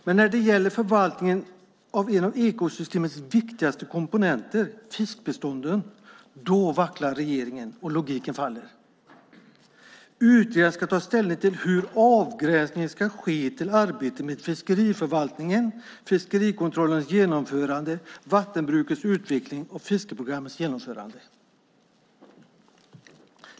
Men när det gäller förvaltningen av en av ekosystemets viktigaste komponenter, fiskbestånden, vacklar regeringen och logiken faller. Utredaren ska ta ställning till hur avgränsningen ska ske till arbete med fiskeriförvaltningen, fiskerikontrollens genomförande, vattenbrukets utveckling och fiskeprogrammets genomförande.